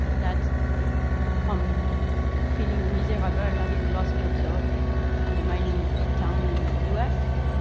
that from feeling miserable, having lost your job in a mining town in a us